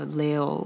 leo